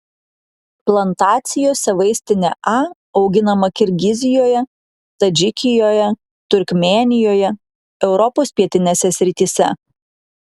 plantacijose vaistinė a auginama kirgizijoje tadžikijoje turkmėnijoje europos pietinėse srityse